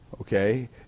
okay